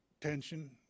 tension